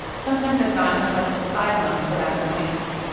sometimes i've gone as much as five months without an appointment.